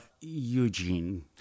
Eugene